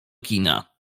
kina